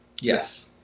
yes